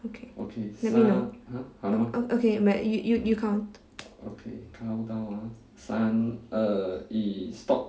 okay let me know o~ okay you ma~ you you count